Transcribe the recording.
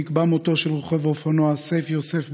נקבע מותו של רוכב האופנוע סיף יוסף,